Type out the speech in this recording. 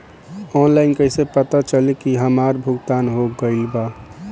Online कईसे पता चली की हमार भुगतान हो गईल बा?